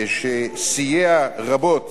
שסייע רבות